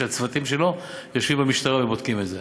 שהצוותים שלו יושבים במשטרה ובודקים את זה.